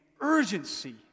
urgency